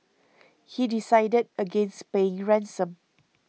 he decided against paying ransom